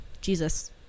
jesus